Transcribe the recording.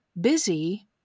busy